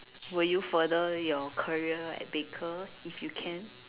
will you further your career at baker if you can